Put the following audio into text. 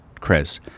Chris